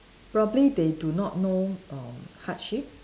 probably they do not know err hardship